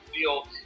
field